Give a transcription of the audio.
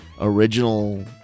original